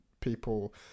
people